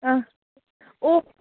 ꯑꯥ ꯑꯣ